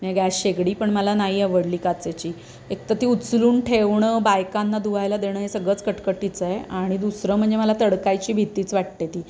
नाही गॅस शेगडी पण मला नाही आवडली काचेची एकतर ती उचलून ठेवणं बायकांना धुवायला देणं हे सगळंच कटकटीचं आहे आणि दुसरं म्हणजे मला तडकायची भीतीच वाटते ती